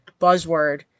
buzzword